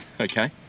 Okay